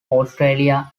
australia